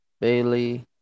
Bailey